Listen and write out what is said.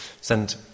Send